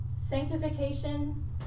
sanctification